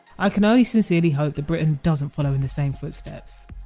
i can only sincerely hope that britain doesn't follow in the same footsteps